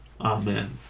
amen